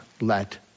let